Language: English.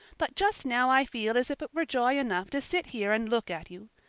but just now i feel as if it were joy enough to sit here and look at you.